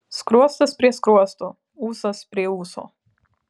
skruostas prie skruosto ūsas prie ūso